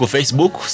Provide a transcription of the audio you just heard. Facebook